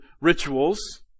rituals